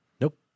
Nope